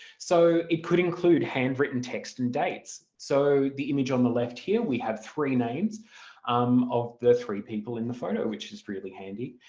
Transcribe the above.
so it could include handwritten text and dates. so the image on the left here, we have three names um of the three people in the photo which is really handy.